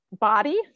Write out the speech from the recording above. body